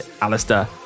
Alistair